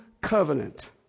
covenant